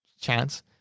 chance